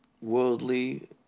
worldly